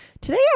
Today